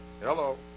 hello